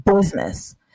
business